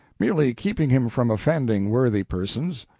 merely keeping him from offending worthy persons.